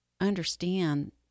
understand